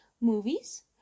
movies